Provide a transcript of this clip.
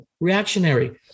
reactionary